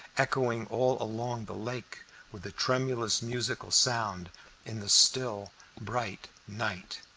echoing all along the lake with a tremulous musical sound in the still bright night.